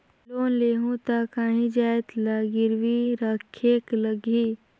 Loan लेहूं ता काहीं जाएत ला गिरवी रखेक लगही?